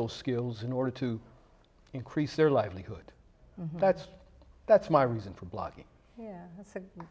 those skills in order to increase their livelihood that's that's my reason for blocking that's a good